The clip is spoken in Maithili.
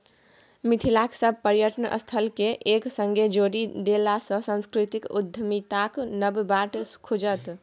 मिथिलाक सभ पर्यटन स्थलकेँ एक संगे जोड़ि देलासँ सांस्कृतिक उद्यमिताक नब बाट खुजत